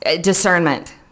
discernment